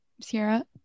sierra